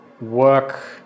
work